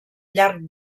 llarg